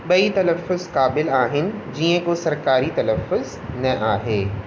ब॒ई तलफुज़ क़ाबिल आहिनि जीअं को सरकारी तलफुज़ न आहे